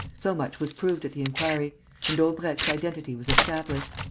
so much was proved at the inquiry and daubrecq's identity was established.